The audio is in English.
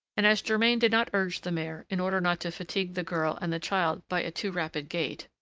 and as germain did not urge the mare, in order not to fatigue the girl and the child by a too rapid gait,